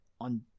on